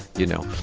you know?